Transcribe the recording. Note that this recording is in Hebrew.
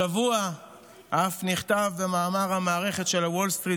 השבוע אף נכתב במאמר המערכת של וול סטריט